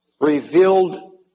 Revealed